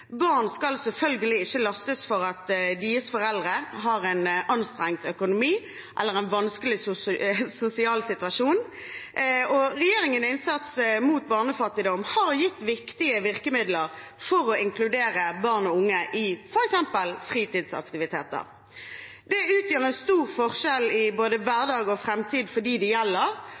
selvfølgelig ikke skal lastes for at deres foreldre har en anstrengt økonomi eller er i en vanskelig sosial situasjon. Regjeringens innsats mot barnefattigdom har gitt viktige virkemidler for å inkludere barn og unge i f.eks. fritidsaktiviteter. Det utgjør en stor forskjell i både hverdag og framtid for dem det gjelder,